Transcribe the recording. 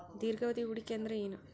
ದೀರ್ಘಾವಧಿ ಹೂಡಿಕೆ ಅಂದ್ರ ಏನು?